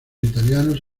italianos